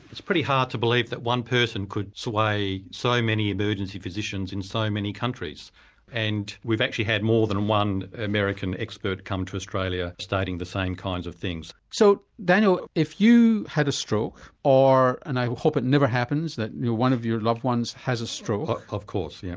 it's pretty hard to believe that one person could sway so many emergency physicians in so many countries and we've actually had more than one american expert come to australia stating the same kinds of things. so daniel, if you had a stroke or, and i hope it never happens one of your loved ones has a stroke. of course, yes.